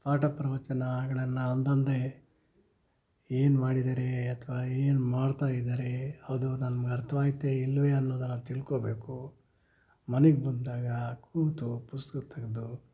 ಪಾಠ ಪ್ರವಚನಗಳನ್ನ ಅಂದಂದೇ ಏನು ಮಾಡಿದ್ದಾರೇ ಅಥ್ವಾ ಏನು ಮಾಡ್ತಾಯಿದ್ದಾರೆ ಅದು ನಮ್ಗೆ ಅರ್ಥವಾಯ್ತೆ ಇಲ್ಲವೇ ಅನ್ನೋದನ್ನ ತಿಳ್ಕೋಬೇಕು ಮನೆಗ್ ಬಂದಾಗ ಕೂತು ಪುಸ್ತಕ ತೆಗೆದು